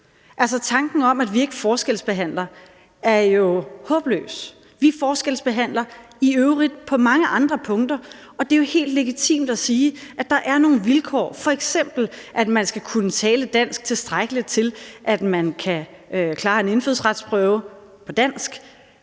Tanken om, at vi ikke forskelsbehandler, er jo håbløs. Vi forskelsbehandler i øvrigt på mange andre punkter, og det er jo helt legitimt at sige, at der er nogle vilkår, f.eks. at man skal kunne tale dansk tilstrækkeligt til, at man kan klare en indfødsretsprøve på dansk,